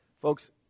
Folks